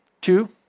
two